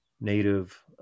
native